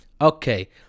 okay